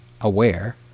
aware